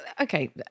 okay